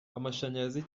amashanyarazi